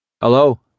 Hello